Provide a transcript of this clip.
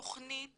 תכנית